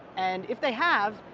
and if they have,